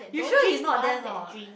you sure you not there not